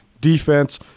defense